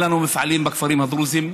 אין לנו מפעלים בכפרים הדרוזיים,